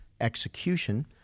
execution